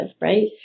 right